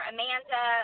Amanda